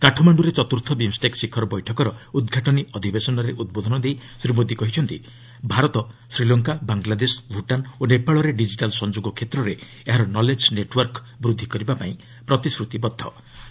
କାଠମାଣ୍ଟୁରେ ଚତୁର୍ଥ ବିମ୍ଷ୍ଟେକ୍ ଶିଖର ବୈଠକର ଉଦ୍ଘାଟନୀ ଅଧିବେଶନରେ ଉଦ୍ବୋଧନ ଦେଇ ଶ୍ରୀ ମୋଦି କହିଛନ୍ତି ଭାରତ' ଶ୍ରୀଲଙ୍କା ବାଂଲାଦେଶ ଭୁଟାନ୍ ଓ ନେପାଳରେ ଡିଜିଟାଲ୍ ସଂଯୋଗ କ୍ଷେତ୍ରରେ ଏହାର ନଲେଜ୍ ନେଟ୍ୱର୍କ ବୃଦ୍ଧି କରିବାପାଇଁ ପ୍ରତିଶ୍ରତିବଦ୍ଧ ରହିଛି